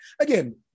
again